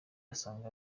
usanga